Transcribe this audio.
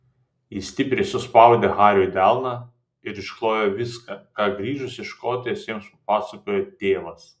ji stipriai suspaudė hariui delną ir išklojo viską ką grįžus iš škotijos jiems papasakojo tėvas